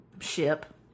ship